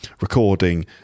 recording